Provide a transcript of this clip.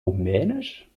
rumänisch